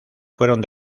fueron